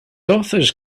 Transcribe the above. authors